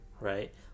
right